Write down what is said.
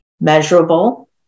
measurable